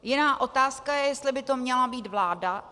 Jiná otázka je, jestli by to měla být vláda.